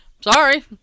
Sorry